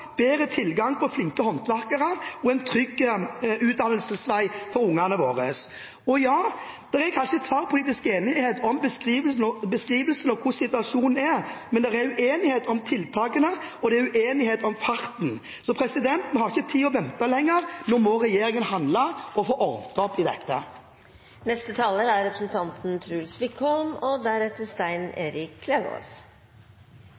bedre tilgang på flinke håndverkere og en trygg utdannelsesvei for ungene våre. Ja, det er kanskje tverrpolitisk enighet om beskrivelsen av hvordan situasjonen er, men det er uenighet om tiltakene, og det er uenighet om farten. Vi har ikke tid til å vente lenger. Nå må regjeringen handle og få ordnet opp i dette. Jeg vil også få lov til å benytte anledningen til å takke representanten Håheim og